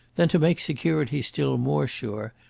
then, to make security still more sure,